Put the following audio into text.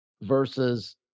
versus